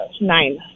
nine